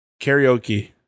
karaoke